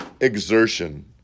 exertion